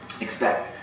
expect